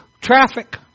traffic